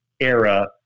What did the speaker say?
era